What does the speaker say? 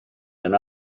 than